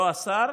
לא השר,